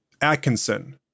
Atkinson